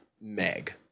meg